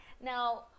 Now